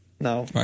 No